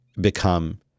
become